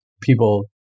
people